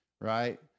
right